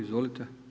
Izvolite.